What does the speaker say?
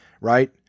right